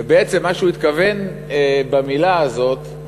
ובעצם, מה שהוא התכוון במילה הזאת,